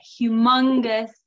humongous